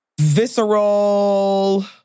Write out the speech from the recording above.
visceral